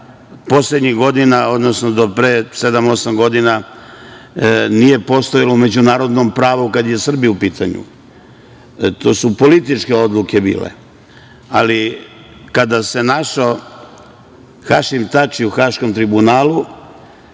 poslednjih godina, odnosno do pre sedam, osam godina nije postojala u međunarodnom pravu kad je Srbija u pitanju. To su bile političke odluke. Ali, kada se našao Hašim Tači u Haškom tribunalu,